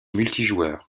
multijoueur